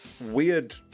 Weird